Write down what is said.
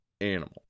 animals